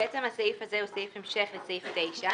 בעצם הסעיף הזה הוא סעיף המשך לסעיף 9,